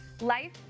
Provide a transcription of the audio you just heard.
life